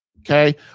okay